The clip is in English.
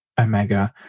Omega